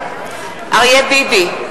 אריה ביבי,